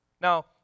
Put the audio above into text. Now